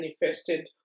manifested